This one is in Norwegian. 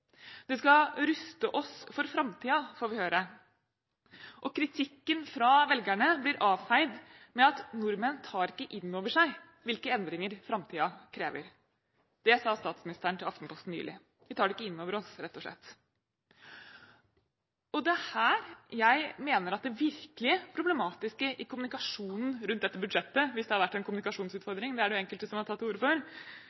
Det skal ruste oss for framtiden, får vi høre. Kritikken fra velgerne blir avfeid med at nordmenn ikke tar inn over seg hvilke endringer framtiden krever. Det sa statsministeren til Aftenposten nylig – vi tar det ikke inn over oss, rett og slett. Det er her jeg mener at det virkelig problematiske i kommunikasjonen rundt dette budsjettet ligger – hvis det har vært en